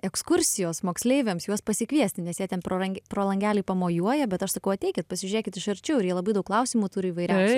ekskursijos moksleiviams juos pasikviesti nes jie ten pro lan pro langelį pamojuoja bet aš sakau ateikit pasižiūrėkit iš arčiau ir jie labai daug klausimų turi įvairiausių